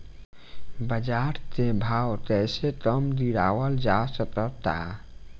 बाज़ार के भाव कैसे कम गीरावल जा सकता?